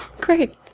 Great